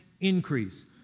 increase